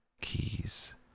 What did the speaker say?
keys